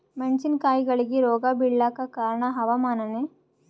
ಮೆಣಸಿನ ಕಾಯಿಗಳಿಗಿ ರೋಗ ಬಿಳಲಾಕ ಕಾರಣ ಹವಾಮಾನನೇ?